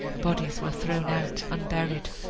bodies were thrown out unburied,